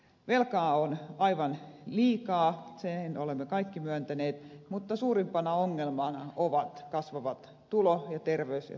velkaa on aivan liikaa sen olemme kaikki myöntäneet mutta suurimpana ongelmana ovat kasvavat tulo terveys ja sosiaaliset erot